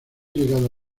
llegado